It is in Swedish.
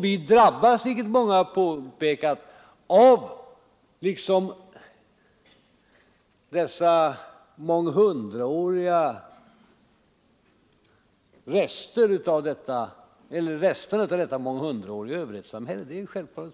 Vi drabbas — vilket många påpekat — av resterna av det månghundraåriga överhetssamhället. Det